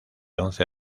once